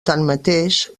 tanmateix